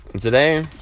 Today